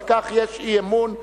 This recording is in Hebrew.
על כך יש אי-אמון,